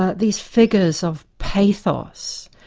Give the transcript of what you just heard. ah these figures of pathos.